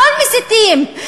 הכול מסיתים.